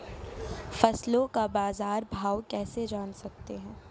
फसलों का बाज़ार भाव कैसे जान सकते हैं?